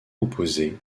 opposée